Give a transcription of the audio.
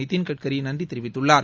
நிதின் கட்கரி நன்றி தெரிவித்துள்ளார்